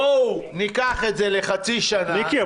בואו ניקח את זה לחצי שנה --- מיקי,